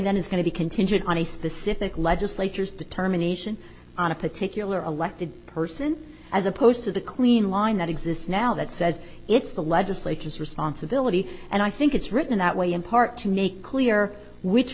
is going to be contingent on a specific legislature's determination on a particular elected person as opposed to the clean line that exists now that says it's the legislature's responsibility and i think it's written that way in part to make clear which